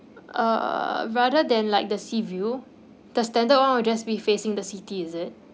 uh rather than like the sea view the standard [one] will just be facing the city is it